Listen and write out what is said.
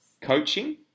coaching